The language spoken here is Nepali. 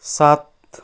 सात